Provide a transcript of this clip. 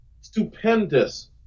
stupendous